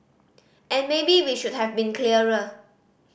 and maybe we should have been clearer